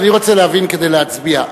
אני רוצה להבין, כדי להצביע.